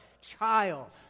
child